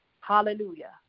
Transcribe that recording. Hallelujah